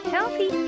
Healthy